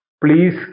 please